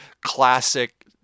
classic